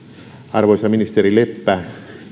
arvoisa ministeri leppä